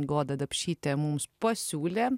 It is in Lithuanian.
goda dapšytė mums pasiūlė